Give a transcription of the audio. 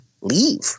leave